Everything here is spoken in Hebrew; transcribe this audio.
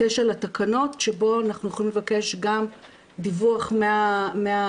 9 לתקנות שבו אנחנו יכולים לבקש גם דיווח מהפיקוח.